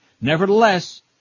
Nevertheless